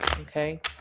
Okay